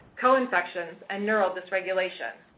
co-infections, and neural dysregulation?